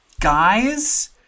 Guys –